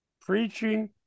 preaching